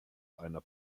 einer